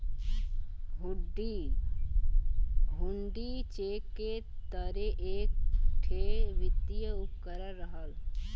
हुण्डी cheque के तरे एक ठे वित्तीय उपकरण रहल